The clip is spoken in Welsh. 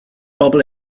bobl